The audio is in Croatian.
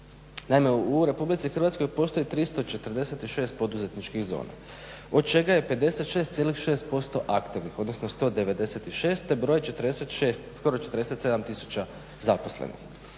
Naime, u RH postoji 346 poduzetničkih zona od čega je 56,6% aktivnih odnosno 196 te broj 46 skoro 47 tisuća zaposlenih.